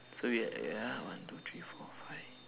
so wait ah yeah one two three four five